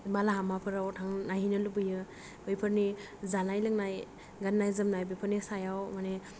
बाला हामाफोराव थां नायहैनै लुबैयो बैफोरनि जानाय लोंनाय गाननाय जोमनाय बेफोरनि सायाव मानि